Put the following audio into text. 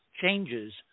changes